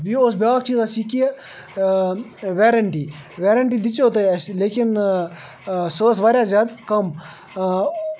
یہِ اوس بیٚاکھ چیٖز اَسہِ یہِ کہِ ویرَنٹی ویرَنٹی دِژیو تۄہِہ اَسہِ لیکن سۄ ٲس واریاہ زیادٕ کم